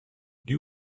you